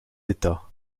états